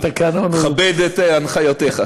התקנון הוא, אני מכבד את הנחיותיך.